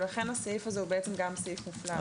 ולכן הסעיף הזה הוא גם סעיף מופלל,